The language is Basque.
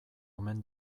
omen